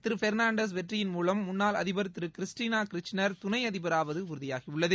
திரு Fernandez வெற்றியின் மூவம் முன்னாள் அதிபர் திரு கிறிஸ்டினா க்ரிக்னர் துணை அதிபராவது உறுதியாகியுள்ளது